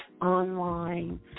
online